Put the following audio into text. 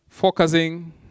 focusing